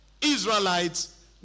Israelites